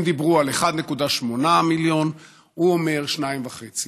הם דיברו על 1.8 מיליון, הוא אומר 2.5,